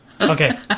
Okay